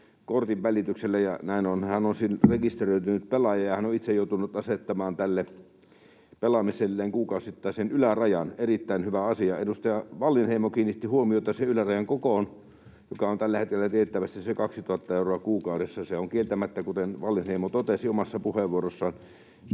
hän on rekisteröitynyt pelaaja ja on itse joutunut asettamaan tälle pelaamiselleen kuukausittaisen ylärajan — erittäin hyvä asia. Edustaja Wallinheimo kiinnitti huomiota sen ylärajan kokoon, joka on tällä hetkellä tiettävästi se 2 000 euroa kuukaudessa. Se on kieltämättä, kuten Wallinheimo totesi omassa puheenvuorossaan,